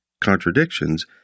contradictions